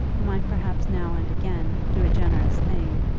who might perhaps now and again do a generous thing,